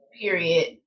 period